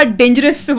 dangerous